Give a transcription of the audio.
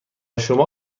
شما